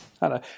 Hello